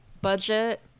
budget